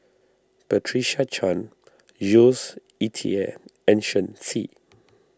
Patricia Chan Jules Itier and Shen Xi